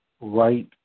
right